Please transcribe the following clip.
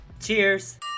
Cheers